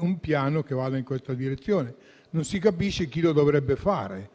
un piano che vada in questa direzione. Non si capisce chi lo dovrebbe fare.